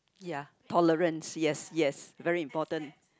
ya tolerance yes yes very important